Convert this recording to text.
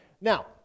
Now